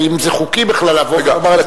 האם זה חוקי בכלל לבוא ולומר,